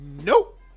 nope